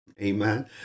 Amen